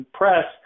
press